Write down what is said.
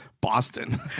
Boston